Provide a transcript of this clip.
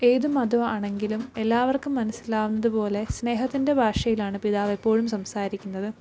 ഏത് മതം ആണെങ്കിലും എല്ലാവർക്കും മനസ്സിലാകുന്നതുപോലെ സ്നേഹത്തിൻ്റെ ഭാഷയിലാണ് പിതാവെപ്പോഴും സംസാരിക്കുന്നത്